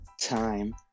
time